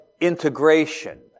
integration